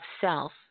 self